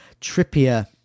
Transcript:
Trippier